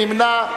מי נמנע?